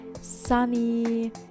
sunny